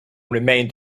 remained